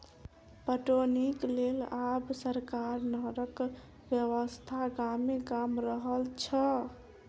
पटौनीक लेल आब सरकार नहरक व्यवस्था गामे गाम क रहल छै